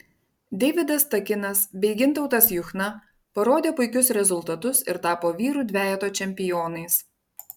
deividas takinas bei gintautas juchna parodė puikius rezultatus ir tapo vyrų dvejeto čempionais